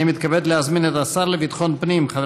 אני מתכבד להזמין את השר לביטחון הפנים חבר